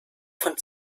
von